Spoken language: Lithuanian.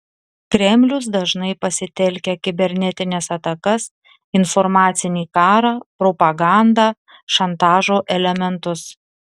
kremlius dažniai pasitelkia kibernetines atakas informacinį karą propagandą šantažo elementus